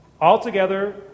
Altogether